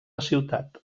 ciutat